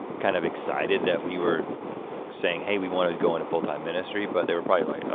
kind of excited that we were saying, hey, we want to go into full-time ministry but they were probably like, oh,